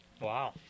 Wow